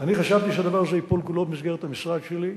אני חשבתי שהדבר הזה ייפול כולו במסגרת המשרד שלי.